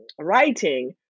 writing